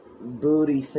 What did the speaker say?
booty